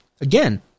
again